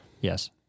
yes